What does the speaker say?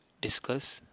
discuss